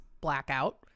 Blackout